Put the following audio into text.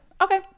okay